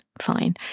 fine